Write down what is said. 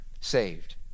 saved